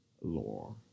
lore